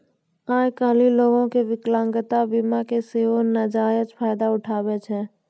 आइ काल्हि लोगें विकलांगता बीमा के सेहो नजायज फायदा उठाबै छै